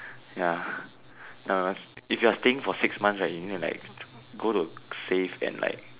ya ah if you're staying for six months right you need to like go to safe and like